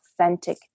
authentic